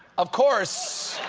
of course,